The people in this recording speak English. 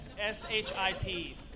S-H-I-P